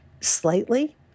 slightly